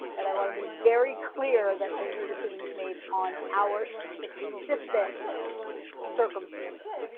and i want to be very clear that these are decisions made on our specific circumstances.